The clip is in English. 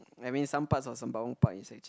I mean some parts of Sembawang Park is actually